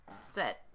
set